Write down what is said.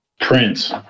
Prince